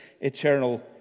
eternal